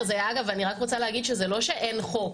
אגב, אני רק רוצה להגיד שזה לא שאין חוק.